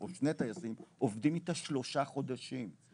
שני טייסים עובדים איתה שלושה חודשים,